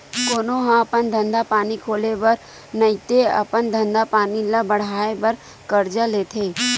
कोनो ह अपन धंधा पानी खोले बर नइते अपन धंधा पानी ल बड़हाय बर करजा लेथे